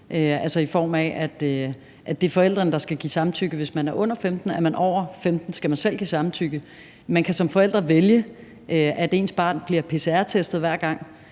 i form af at det er forældrene, der skal give samtykke, hvis man er under 15 år. Er man over 15 år, skal man selv give samtykke. Man kan som forældre vælge, at ens barn bliver pcr-testet hver gang,